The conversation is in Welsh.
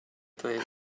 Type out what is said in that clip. dweud